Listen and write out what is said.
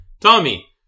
Tommy